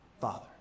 father